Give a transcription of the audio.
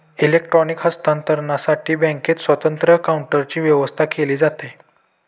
electronic हस्तांतरणसाठी बँकेत स्वतंत्र काउंटरची व्यवस्था केली जाते